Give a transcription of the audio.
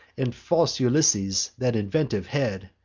and false ulysses, that inventive head,